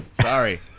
Sorry